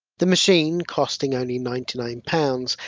the machine, costing only ninety nine pounds,